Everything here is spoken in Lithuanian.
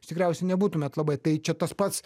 jūs tikriausiai nebūtumėt labai tai čia tas pats